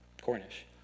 Cornish